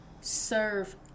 serve